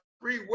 free